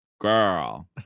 Girl